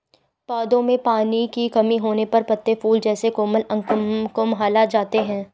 पौधों में पानी की कमी होने पर पत्ते, फूल जैसे कोमल अंग कुम्हला जाते हैं